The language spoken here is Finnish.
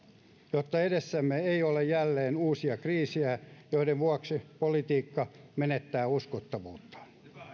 jotta edessämme ei ole jälleen uusia kriisejä joiden vuoksi politiikka menettää uskottavuuttaan